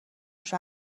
روش